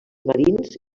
marins